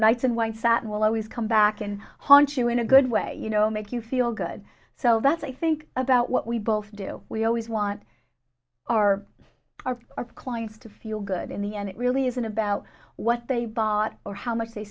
nights in white satin will always come back and haunt you in a good way you know make you feel good so that's i think about what we both do we always want our our clients to feel good in the end it really isn't about what they bought or how much they